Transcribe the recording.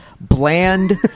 bland